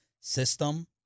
system